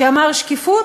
שאמרה: שקיפות?